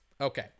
Okay